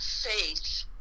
faith